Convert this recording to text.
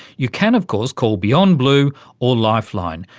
you can of course call beyond blue or lifeline.